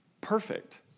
Perfect